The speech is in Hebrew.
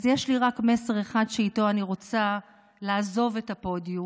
אז יש לי רק מסר אחד שאיתו אני רוצה לעזוב את הפודיום: